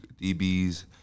DBs